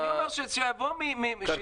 אני אומר שזה יבוא מההנהלה,